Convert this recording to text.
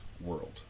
world